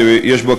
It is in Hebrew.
שיש בה,